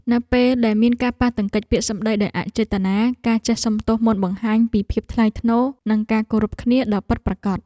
នៅពេលដែលមានការប៉ះទង្គិចពាក្យសម្តីដោយអចេតនាការចេះសុំទោសមុនបង្ហាញពីភាពថ្លៃថ្នូរនិងការគោរពគ្នាដ៏ពិតប្រាកដ។